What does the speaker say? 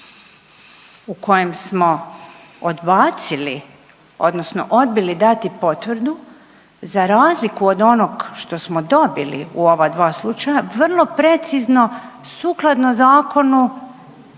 odnosno odbili dati potvrdu za razliku od onog što smo dobili u ova slučaja vrlo precizno sukladno zakonu